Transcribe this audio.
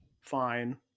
fine